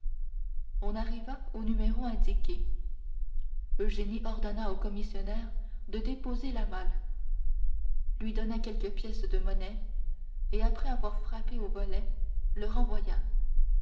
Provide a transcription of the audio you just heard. on arriva au numéro indiqué eugénie ordonna au commissionnaire de déposer la malle lui donna quelques pièces de monnaie et après avoir frappé au volet le renvoya